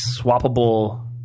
swappable